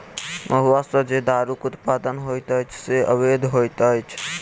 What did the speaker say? महुआ सॅ जे दारूक उत्पादन होइत अछि से अवैध होइत अछि